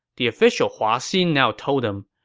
the official hua xin now told him,